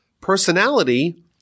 personality